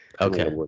okay